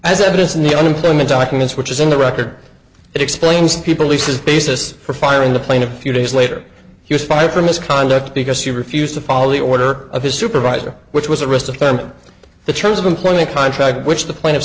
as evidence in the unemployment documents which is in the record explains people lisa's basis for firing the plane a few days later he was fired for misconduct because he refused to follow the order of his supervisor which was a rest of the terms of employee a contract which the pla